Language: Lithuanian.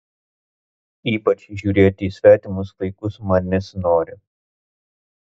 ypač žiūrėti į svetimus vaikus man nesinori